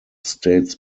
states